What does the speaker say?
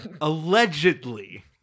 Allegedly